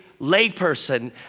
layperson